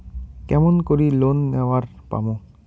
কেমন করি লোন নেওয়ার পামু?